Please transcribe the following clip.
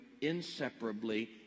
inseparably